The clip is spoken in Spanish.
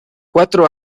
cuatro